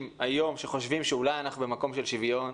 היום שחושבים שאולי אנחנו במקום של שוויון.